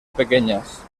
pequeñas